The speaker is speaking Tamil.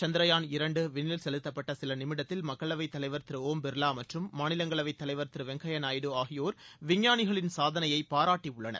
சந்தராயன் இரண்டு விண்ணில் செலுத்தப்பட்ட சில நிமிடத்தில் மக்களவை தலைவர் திரு ஓம் பிர்லா மற்றம் மாநிலங்களவை தலைவர் திரு வெங்கய்யா நாயுடு ஆகியோர் விஞ்ஞானிகளின் சாதனையை பாராட்டியுள்ளனர்